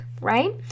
right